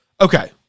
Okay